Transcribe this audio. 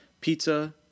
pizza